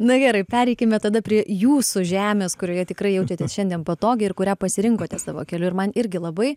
na gerai pereikime tada prie jūsų žemės kurioje tikrai jaučiatės šiandien patogiai ir kurią pasirinkote savo keliu ir man irgi labai